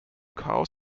chaos